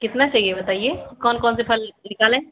कितना चाहिए बताइए कौन कौन से फल निकालें